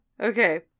Okay